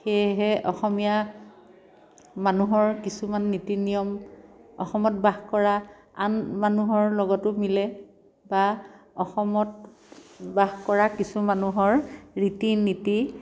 সেয়েহে অসমীয়া মানুহৰ কিছুমান নীতি নিয়ম অসমত বাস কৰা আন মানুহৰ লগতো মিলে বা অসমত বাস কৰা কিছু মানুহৰ ৰীতি নীতি